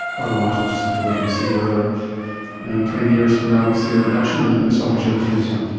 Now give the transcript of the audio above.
otherwise we'll just have to wait and see whether twenty years from now we see a reduction in oesophageal cancer.